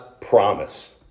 promise